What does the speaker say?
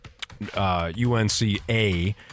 UNCA